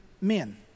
men